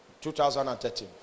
2013